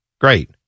Great